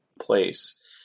place